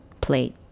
plate